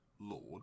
lord